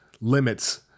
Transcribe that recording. limits